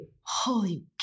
Holy